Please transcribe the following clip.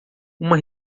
uma